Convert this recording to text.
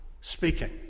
speaking